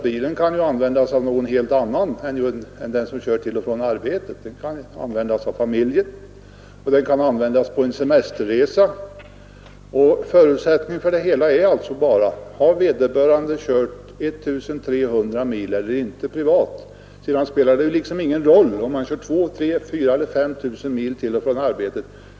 Bilen kan ju användas också av en annan person än den som kör den till och från sitt arbete; den kan användas av familjen, och den kan användas på semesterresa. Förutsättningen här är att vederbörande har kört 1 300 mil privat. Sedan spelar det ingen roll om han kör 2 000, 3 000, 4 000 eller 5 000 mil till och från arbetet.